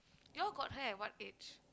you'll got her at what age